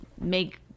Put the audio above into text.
make